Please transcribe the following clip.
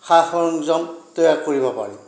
সা সৰঞ্জাম তৈয়াৰ কৰিব পাৰি